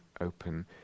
open